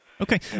Okay